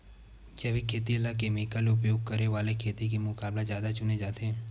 जैविक खेती ला केमिकल उपयोग करे वाले खेती के मुकाबला ज्यादा चुने जाते